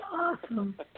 awesome